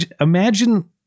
Imagine